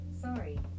Sorry